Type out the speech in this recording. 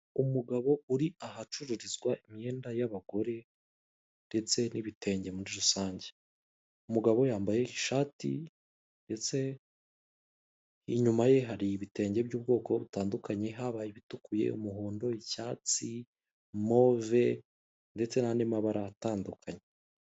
Umugabo uri ahacururizwa imyenda y'abagore ndetse n'ibitenge muri rusange, umugabo yambaye ishati ndetse inyuma ye hari ibitenge by'ubwoko butandukanye haba ibitukuye, umuhondo, icyatsi, move ndetse n'andi mabara atandukanye.